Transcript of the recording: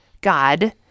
God